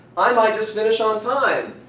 i might so finish on time,